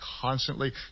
constantly